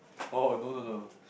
oh no no no